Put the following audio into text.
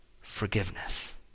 forgiveness